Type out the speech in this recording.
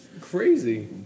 crazy